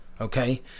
Okay